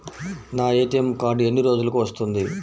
నా ATM card ఎన్ని రోజులకు వస్తుంది?